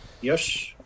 Yes